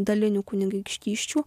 dalinių kunigaikštysčių